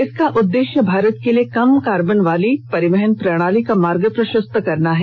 इसका उद्देश्य भारत के लिए कम कार्बन वाली परिवहन प्रणाली का मार्ग प्रशस्त करना है